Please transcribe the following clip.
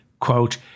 quote